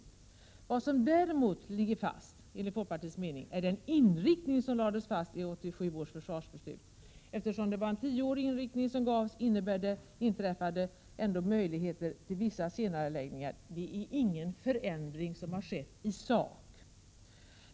i Vad som däremot ligger fast, enligt folkpartiets mening, är inriktningen i 1987 års försvarsbeslut. Eftersom det var en tioårig inriktning som beslutades innebär det inträffade möjligen vissa senareläggningar — inga förändringar i sak.